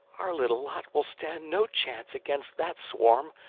our little lot will stand no chance against that swarm.